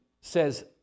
says